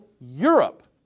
Europe